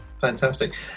Fantastic